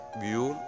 view